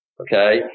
okay